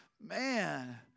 man